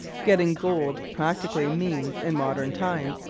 getting gold practically means, in modern times,